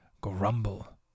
grumble